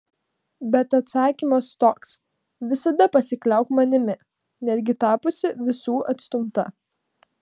bet atsakymas toks visada pasikliauk manimi netgi tapusi visų atstumta